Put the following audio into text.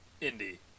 Indy